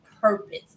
purpose